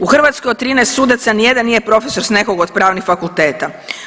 U Hrvatskoj, od 13 sudaca nijedan nije profesor s nekog od pravnih fakulteta.